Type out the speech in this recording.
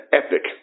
epic